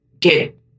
get